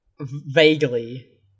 Vaguely